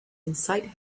inside